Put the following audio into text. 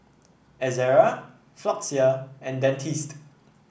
Ezerra Floxia and Dentiste